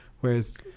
Whereas